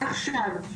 עכשיו,